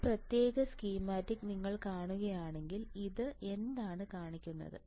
അതിനാൽ ഈ പ്രത്യേക സ്കീമാറ്റിക് നിങ്ങൾ കാണുകയാണെങ്കിൽ ഇത് എന്താണ് കാണിക്കുന്നത്